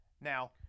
Now